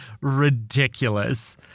ridiculous